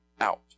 out